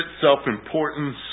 self-importance